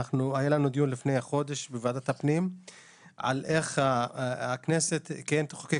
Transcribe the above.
היה לנו לפני חודש דיון בוועדת הפנים על איך הכנסת תחוקק